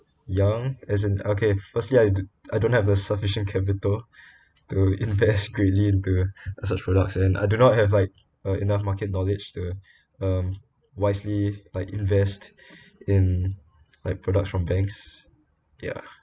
young as in okay firstly I do~ I don't have a sufficient capital to invest greatly into such products and I do not have like uh enough market knowledge to um wisely like invest in like products from banks ya